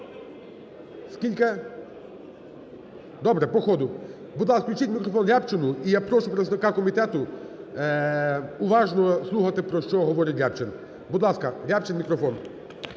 Добре, по ходу. Будь ласка, включіть мікрофон Рябчину. І я прошу представника комітету уважно слухати, про що говорить Рябчин. Будь ласка, Рябчин, мікрофон.